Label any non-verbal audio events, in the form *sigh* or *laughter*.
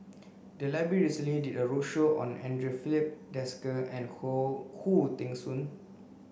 the library recently did a roadshow on Andre Filipe Desker and *unintelligible* Khoo Teng Soon